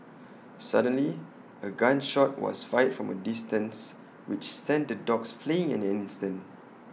suddenly A gun shot was fired from A distance which sent the dogs fleeing in an instant